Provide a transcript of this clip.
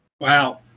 Wow